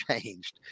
changed